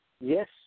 Yes